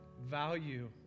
value